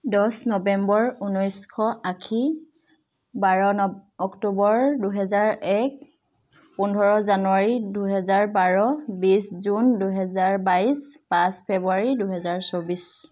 দহ নৱেম্বৰ উনৈছশ আশী বাৰ নৱ্ অক্টোবৰ দুহেজাৰ এক পোন্ধৰ জানুৱাৰী দুহেজাৰ বাৰ বিছ জুন দুহেজাৰ বাইছ পাঁচ ফেব্ৰুৱাৰী দুহেজাৰ চৌব্বিছ